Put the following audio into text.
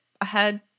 ahead